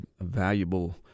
valuable